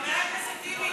חבר הכנסת טיבי,